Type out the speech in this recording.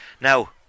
now